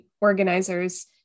organizers